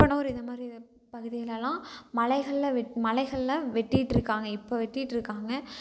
குப்பனூர் இதை மாதிரி இது பகுதியிலெலாம் மலைகளில் மலைகளில் வெட்டிட்டுருக்காங்க இப்போ வெட்டிட்டுருக்காங்க